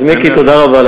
אז, מיקי, תודה רבה.